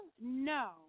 no